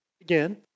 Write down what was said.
again